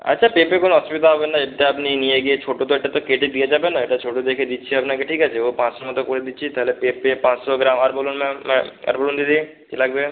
আচ্ছা পেঁপে কোনো অসুবিধা হবে না এটা আপনি নিয়ে গিয়ে ছোটো তো এটা তো কেটে দেওয়া যাবে না এটা ছোটো দেখে দিচ্ছি আপনাকে ঠিক আছে ও পাঁচশো মতো করে দিচ্ছি তাহলে পেঁপে পাঁচশো গ্রাম আর বলুন ম্যাম ম্যাম আর বলুন দিদি কী লাগবে